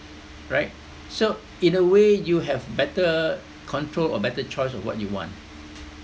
right so in a way you have better control or better choice of what you want